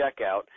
checkout